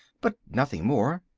but nothing more.